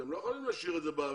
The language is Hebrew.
אתם לא יכולים להשאיר את זה באוויר.